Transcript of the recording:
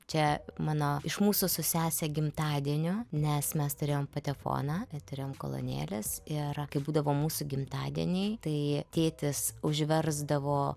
čia mano iš mūsų su sese gimtadienio nes mes turėjom patefoną ir turėjom kolonėles ir kai būdavo mūsų gimtadieniai tai tėtis užversdavo